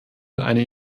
eine